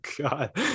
god